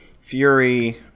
Fury